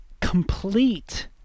complete